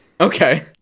Okay